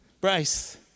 Bryce